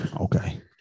Okay